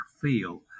feel